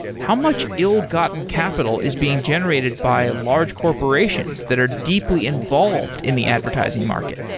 how much ill-gotten capital is being generated by large corporations that are deeply involved in the advertising market?